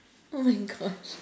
oh my gosh